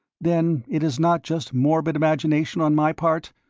then it is not just morbid imagination on my part.